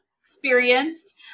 experienced